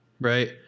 Right